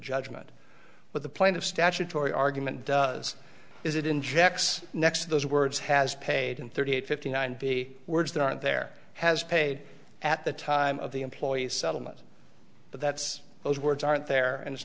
judgment but the point of statutory argument is that injects next to those words has paid in thirty eight fifty nine b words that aren't there has paid at the time of the employee's settlement but that's those words aren't there and it's